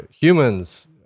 humans